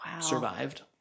survived